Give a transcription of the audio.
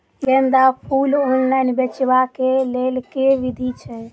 गेंदा फूल ऑनलाइन बेचबाक केँ लेल केँ विधि छैय?